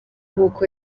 nkuko